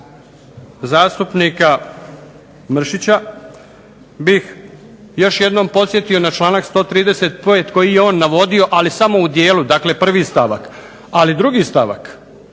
zastupnika Mršića bih još jednom podsjetio na članak 135. koji je on navodio ali samo u dijelu, dakle prvi stavak. Ali drugi stavak